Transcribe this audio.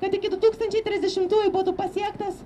kad iki du tūkstančiai trisdešimtųjų būtų pasiektas